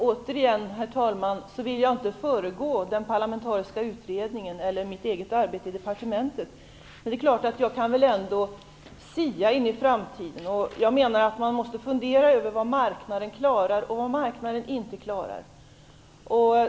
Herr talman! Återigen: Jag vill inte föregå den parlamentariska utredningen eller mitt eget arbete i departementet. Men det är klart att jag kan väl ändå sia om framtiden. Man måste fundera över vad marknaden klarar och inte klarar.